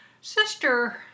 sister